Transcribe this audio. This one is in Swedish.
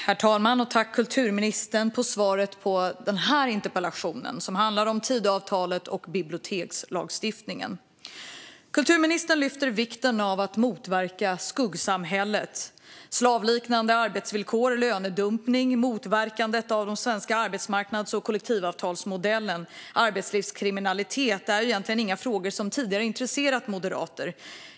Herr talman! Jag tackar kulturministern för svaret på den här interpellationen, som handlar om Tidöavtalet och bibliotekslagstiftningen. Kulturministern lyfter vikten av att motverka skuggsamhället. Slaveriliknande arbetsvillkor, lönedumpning, motverkande av den svenska arbetsmarknads och kollektivavtalsmodellen och arbetslivskriminalitet är egentligen inga frågor som tidigare intresserat moderater.